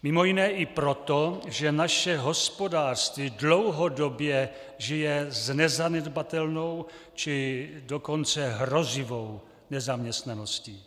Mimo jiné i proto, že naše hospodářství dlouhodobě žije s nezanedbatelnou, či dokonce hrozivou nezaměstnaností.